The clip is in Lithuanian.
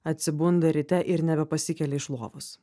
atsibunda ryte ir nebepasikelia iš lovos